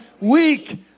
weak